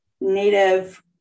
native